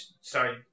sorry